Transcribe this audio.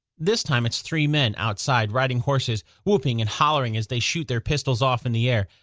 this time it's three men outside, riding horses, whooping and hollering as they shoot their pistols off in the air.